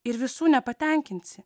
ir visų nepatenkinsi